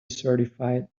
certified